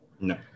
No